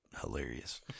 hilarious